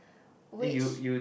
which